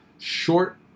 short